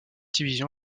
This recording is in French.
division